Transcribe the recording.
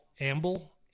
amble